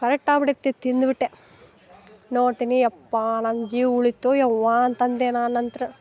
ಕರೆಕ್ಟಾ ಬಿಡೈತಿ ತಿಂದ್ಬಿಟ್ಟೆ ನೋಡ್ತೀನಿ ಯಪ್ಪಾ ನನ್ನ ಜೀವ ಉಳಿತು ಯವ್ವಾ ಅಂತಂದೆ ನಾ ನಂತರ